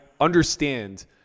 understand –